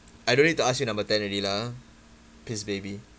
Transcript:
I don't need to ask you number ten already lah ah peace baby